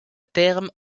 terme